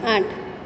આઠ